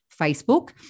Facebook